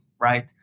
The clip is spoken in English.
right